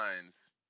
lines